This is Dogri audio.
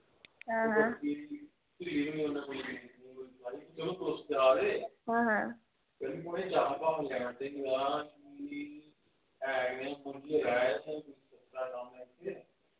हां चले तुस जा दे हां